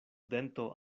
dento